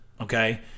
Okay